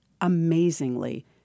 Amazingly